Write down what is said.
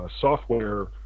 software